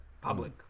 public